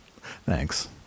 Thanks